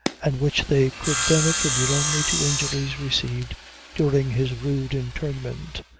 and which they could then attribute only to injuries received during his rude interment,